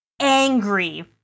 angry